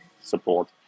support